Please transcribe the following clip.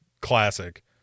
classic